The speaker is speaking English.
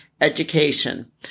education